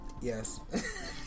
Yes